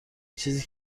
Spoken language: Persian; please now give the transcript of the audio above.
چیزی